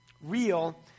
real